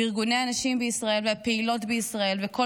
ארגוני הנשים בישראל והפעילות בישראל וכל